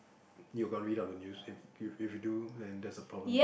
you got read up the news if if you don't then that's a problem